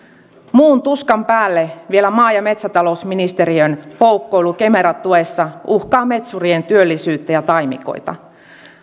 muun tuskan päälle vielä maa ja metsätalousministeriön poukkoilu kemera tuessa uhkaa metsureiden työllisyyttä ja taimikoita